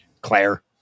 Claire